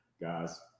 Guys